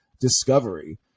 discovery